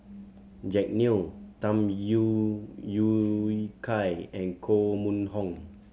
Jack Neo Tham You Yui Kai and Koh Mun Hong